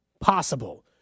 possible